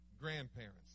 grandparents